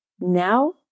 now